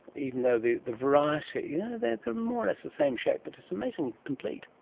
even though the the variety. yeah they are more or less the same shape, but it's amazingly complete.